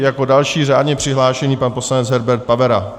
Jako další řádně přihlášený pan poslanec Herbert Pavera.